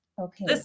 okay